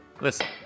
Listen